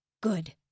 Good